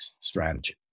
strategy